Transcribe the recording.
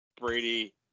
Brady